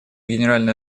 генеральной